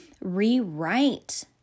rewrite